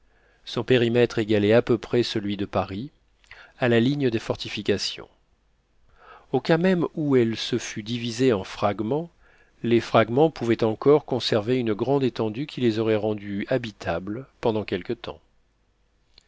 son périmètre égalait à peu près celui de paris à la ligne des fortifications au cas même où elle se fût divisée en fragments les fragments pouvaient encore conserver une grande étendue qui les aurait rendus habitables pendant quelque temps